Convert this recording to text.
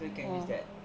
so can use that